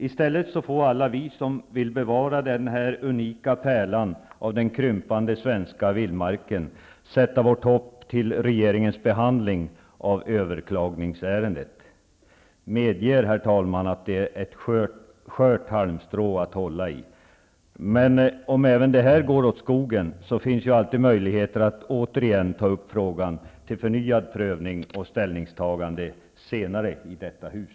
I stället får alla vi, som vill bevara den här unika pärlan av den krympande svenska vildmarken, sätta vårt hopp till regeringens behandling av överklagningsärendet. Medge, herr talman, att det är ett skört halmstrå att hålla i. Men även om det här går åt skogen, finns ju alltid möjligheten att återigen ta upp frågan till förnyad prövning och ställningstagande senare i detta hus.